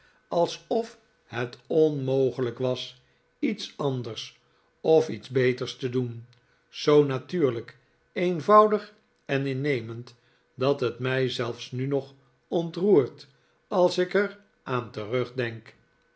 alsof het onmogelijk was iets anders of iets beter te doen zoo natuurlijk eenvoudig en innemend dat het mij zelfs nu nog ontroert als ik er aan terugdenk